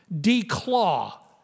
declaw